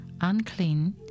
Unclean